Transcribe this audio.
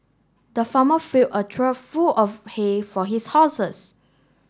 the farmer fill a trough full of hay for his horses